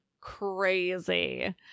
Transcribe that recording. crazy